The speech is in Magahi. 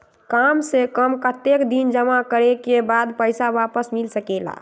काम से कम कतेक दिन जमा करें के बाद पैसा वापस मिल सकेला?